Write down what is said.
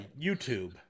YouTube